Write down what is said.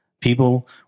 people